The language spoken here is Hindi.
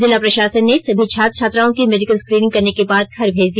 जिला प्रशासन ने सभी छात्र छात्राओं की मेडिकल स्क्रीनिंग करने के बाद घर भेज दिया